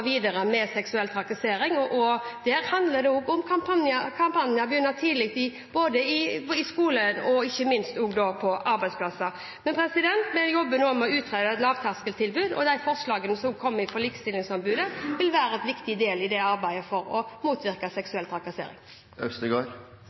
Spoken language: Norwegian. videre kan jobbe mot seksuell trakassering, og også der handler det om kampanjer – å begynne tidlig i skolen og ikke minst på arbeidsplasser. Vi jobber nå med å utrede et lavterskeltilbud, og de forslagene som kom fra Likestillingsombudet, vil være en viktig del av arbeidet for å motvirke